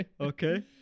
Okay